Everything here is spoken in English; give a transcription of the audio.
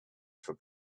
for